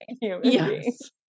Yes